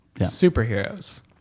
Superheroes